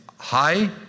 high